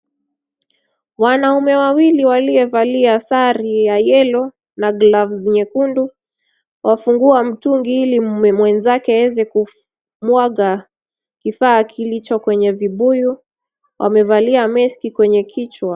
Wanaume wawili walie valia sari ya yellow na gloves nyekundu wafungua mtungi ili mwenzake aweze kumwaga kifaa kilicho kwenye vibuyu. Amevalia meski kwenye kichwa .